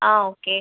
ஆ okay